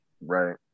Right